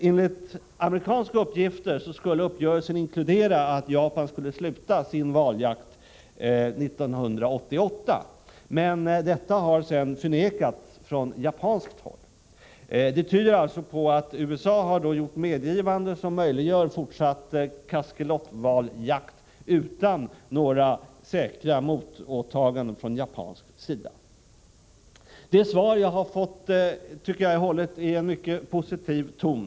Enligt amerikanska uppgifter skulle uppgörelsen inkludera att Japan upphör med sin valjakt 1988, men detta har sedan förnekats från japanskt håll. Det tyder på att USA har gjort medgivanden som möjliggör fortsatt jakt på kaskelotval utan några säkra motåtaganden från japansk sida. 11 Det svar jag har fått tycker jag har en mycket positiv ton.